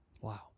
Wow